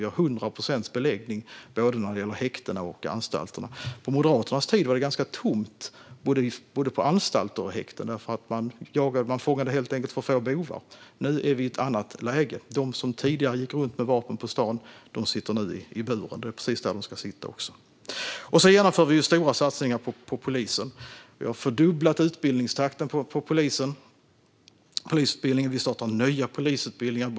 Vi har 100 procents beläggning både i häktena och på anstalterna. På Moderaternas tid var det ganska tomt både på anstalter och i häkten, för man fångade helt enkelt för få bovar. Nu är vi i ett annat läge. De som tidigare gick runt med vapen på stan sitter nu i buren, och det är precis där de ska sitta. Vi genomför också stora satsningar på polisen. Vi har fördubblat utbildningstakten i polisutbildningen, och vi startar nya polisutbildningar.